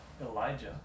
Elijah